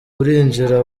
urinjira